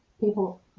people